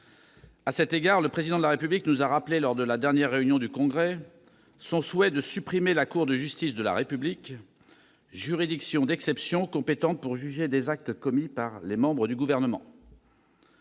À cet égard, le Président de la République nous a rappelé, lors de la dernière réunion du Congrès, son souhait de supprimer la Cour de justice de la République, la CJR, juridiction d'exception compétente pour juger des actes commis par les membres du Gouvernement.